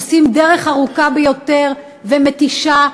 עושים דרך ארוכה ביותר ומתישה,